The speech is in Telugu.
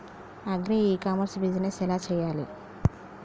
అగ్రి ఇ కామర్స్ బిజినెస్ ఎలా చెయ్యాలి?